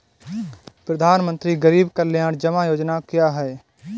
प्रधानमंत्री गरीब कल्याण जमा योजना क्या है?